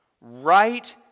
right